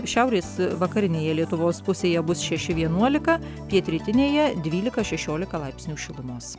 šiaurės vakarinėje lietuvos pusėje bus šeši vienuolika pietrytinėje dvylika šešiolika laipsnių šilumos